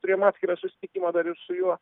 turėjom atskirą susitikimą dar ir su juo